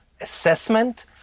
assessment